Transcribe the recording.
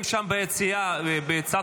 חברים שם ביציאה, בצד